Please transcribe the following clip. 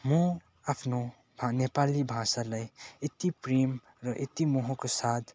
म आफ्नो नेपाली भाषालाई यति प्रेम र यति मोहको साथ